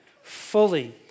fully